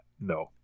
no